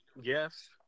yes